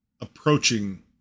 approaching